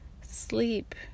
sleep